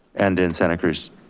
and in santa cruz.